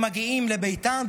הם מגיעים לביתם,